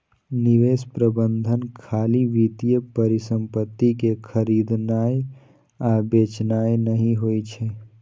निवेश प्रबंधन खाली वित्तीय परिसंपत्ति कें खरीदनाय आ बेचनाय नहि होइ छै